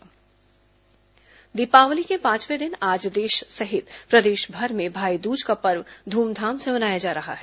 भाईदूज दीपावली के पांचवे दिन आज देश सहित प्रदेशभर में भाईदूज का पर्व धूमधाम से मनाया जा रहा है